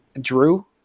Drew